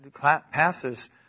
passes